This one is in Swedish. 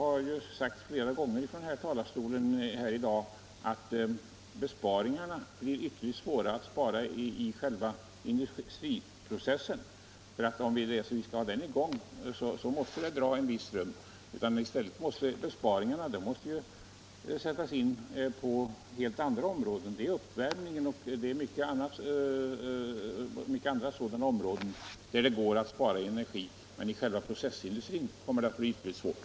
Det har nämnts flera gånger från talarstolen i dag att det är ytterligt svårt att göra besparingar i själva industriprocessen. Om vi skall ha den i gång, måste det dra en viss energi. I stället måste besparingarna göras på helt andra områden. Det är t.ex. när det gäller uppvärmning och liknande som det är möjligt att spara energi. I själva industriprocessen kommer det att bli ytterligt svårt.